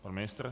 Pan ministr?